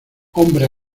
hombre